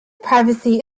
privacy